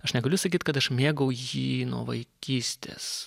aš negaliu sakyt kad aš mėgau jį nuo vaikystės